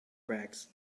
bags